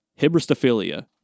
Hibristophilia